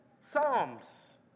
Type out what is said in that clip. Psalms